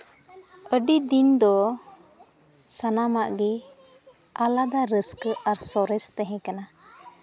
ᱟᱹᱰᱤ ᱫᱤᱱ ᱫᱚ ᱥᱟᱱᱟᱢᱟᱜ ᱜᱮ ᱟᱞᱟᱫᱟ ᱨᱟᱹᱥᱠᱟᱹ ᱟᱨ ᱥᱚᱨᱮᱥ ᱛᱟᱦᱮᱸ ᱠᱟᱱᱟ